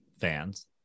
fans